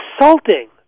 insulting